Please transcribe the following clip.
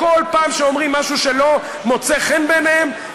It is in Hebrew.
כל פעם שאומרים משהו שלא מוצא כן בעיניהם,